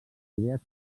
idees